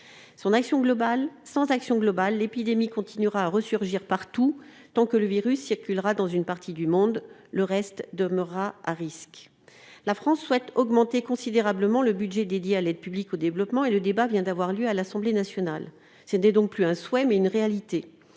Sans action globale, l'épidémie continuera à resurgir partout. Tant que le virus circulera dans une partie du monde, le reste demeurera à risque. La France souhaite augmenter considérablement le budget dédié à l'aide publique au développement. Le débat vient d'avoir lieu à l'Assemblée nationale. Ce n'est donc plus un souhait : c'est une réalité.